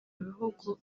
bihugu